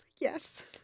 Yes